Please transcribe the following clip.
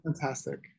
fantastic